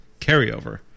carryover